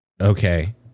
Okay